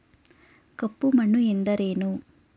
ಕಪ್ಪು ಮಣ್ಣು ಎಂದರೇನು?